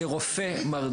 "כרופא".